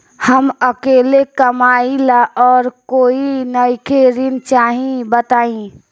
हम अकेले कमाई ला और कोई नइखे ऋण चाही बताई?